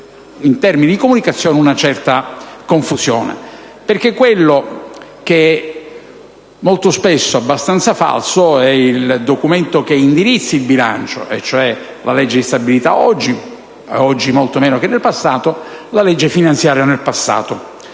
in termini di comunicazione, una certa confusione. Infatti, quel che molto spesso è abbastanza falso è il documento che indirizza il bilancio, cioè la legge di stabilità oggi, anche se molto meno che nel passato, e la legge finanziaria in passato.